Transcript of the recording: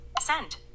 Send